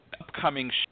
upcoming